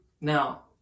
Now